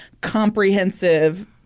comprehensive